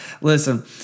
Listen